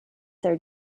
their